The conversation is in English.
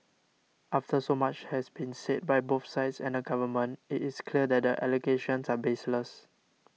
after so much has been said by both sides and the Government it is clear that the allegations are baseless